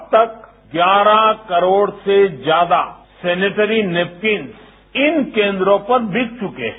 अब तक ग्यारह करोड से ज्यादा सेनिट्री नैपकिनस इन केन्द्रों पर बिक चुके हैं